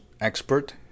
expert